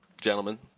gentlemen